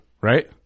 right